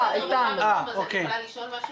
אני יכולה לשאול משהו?